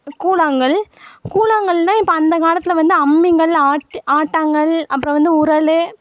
கூழாங்கல் கூழாங்கல்னா இப்போ அந்த காலத்தில் வந்து அம்மிங்கல் ஆட் ஆட்டாங்கல் அப்புறம் வந்து உரலு